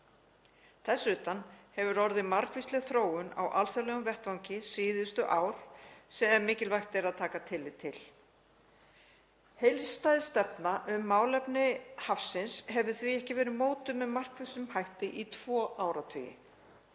Þess utan hefur orðið margvísleg þróun á alþjóðlegum vettvangi síðustu ár sem mikilvægt er að taka tillit til. Heildstæð stefna um málefni hafsins hefur því ekki verið mótuð með markvissum hætti í tvo áratugi,